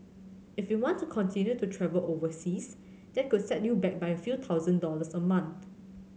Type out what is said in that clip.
if you want to continue to travel overseas that could set you back by a few thousand dollars a month